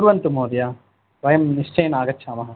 कुर्वन्तु महोदय वयं निश्चयेन आगच्छामः